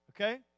okay